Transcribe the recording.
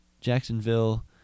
Jacksonville